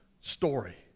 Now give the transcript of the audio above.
story